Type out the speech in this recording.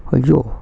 !aiyo!